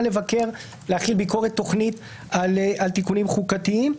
להחיל ביקורת תוכנית על תיקונים חוקתיים.